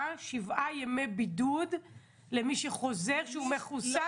שבעה ימי בידוד למי שחוזר שהוא מחוסן?